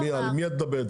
על מי את מדברת?